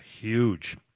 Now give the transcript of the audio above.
huge